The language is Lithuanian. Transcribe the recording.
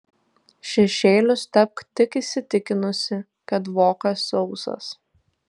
šešėlius tepk tik įsitikinusi kad vokas sausas